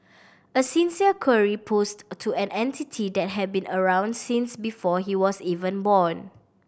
a sincere query posed to an entity that have been around since before he was even born